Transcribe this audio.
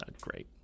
Great